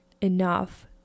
enough